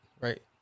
right